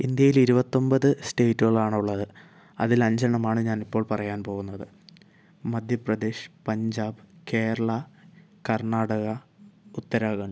ഇന്ത്യയിൽ ഇരുപത്തൊൻപത് സ്റ്റേറ്റുകളാണ് ഉള്ളത് അതിൽ അഞ്ചെണ്ണമാണ് ഞാൻ ഇപ്പോൾ പറയാൻ പോകുന്നത് മധ്യപ്രദേശ് പഞ്ചാബ് കേരളം കർണ്ണാടക ഉത്തരാഖണ്ഡ്